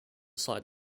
site